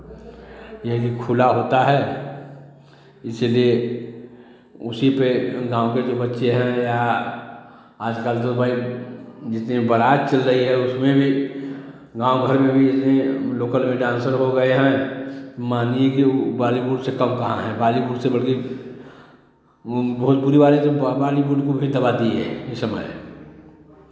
यही खुला होता है इसीलिये उसी पे गाँव के भी बच्चे हैं या आजकल तो भाई जितनी बारात चल रही है उसमें भी गाँव भर में भी जितने लोकल डान्सर हो गए हैं मान लीजिये कि वो बॉलीवुड से कम कहाँ हैं बॉलीवुड से बढ़ के भोजपुरी वाले जो बॉलीवुड को भी दबा दिए हैं ये समय